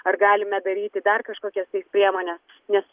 ar galime daryti dar kažkokias tais priemones nes